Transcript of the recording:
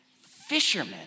Fishermen